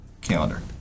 calendar